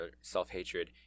self-hatred